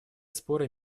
споры